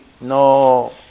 no